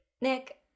Nick